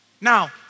Now